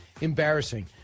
Embarrassing